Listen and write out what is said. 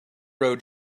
road